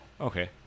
Okay